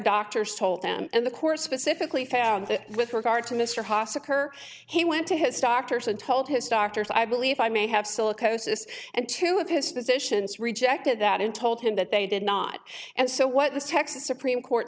doctors told them and the court specifically found that with regard to mr haas occur he went to his doctors and told his doctors i believe i may have silicosis and two of his physicians rejected that and told him that they did not and so what the texas supreme court